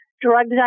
drugs